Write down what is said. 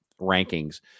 rankings